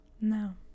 No